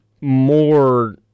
more